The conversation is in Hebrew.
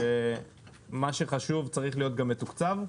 שמה שחשוב צריך להיות גם מתוקצב.